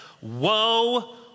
Woe